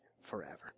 forever